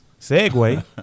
segue